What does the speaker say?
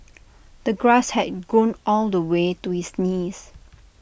the grass had grown all the way to his knees